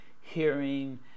hearing